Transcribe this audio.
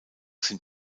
sind